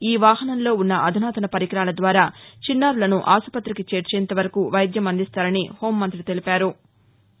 ఈ వాహనంలో ఉన్న అధునాతన పరికరాల ద్వారా చిన్నారులను ఆసుపత్రికి చేర్చేంత వరకు వైద్యం అందిస్తారని హోంమంతి తెలిపారు